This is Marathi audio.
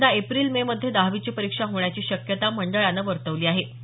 यंदा एप्रिल मे मध्ये दहावीची परिक्षा होण्याची शक्यता मंडळानं वर्तवली आहे